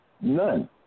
none